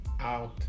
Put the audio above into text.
out